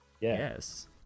Yes